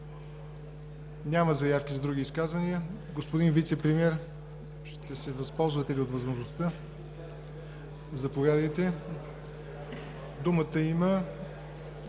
Няма заявки за други изказвания. Господин Вицепремиер, ще се възползвате ли от възможността? Думата има